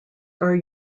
are